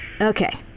Okay